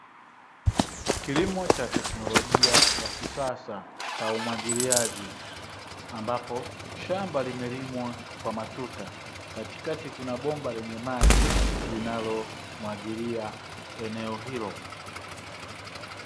Kilimo cha teknolojia ya kisasa cha umwagiliaji, ambapo shamba limelimwa kwa matuta katikati kuna bomba lenye maji, linalomwagilia eneo hilo.